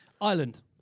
Ireland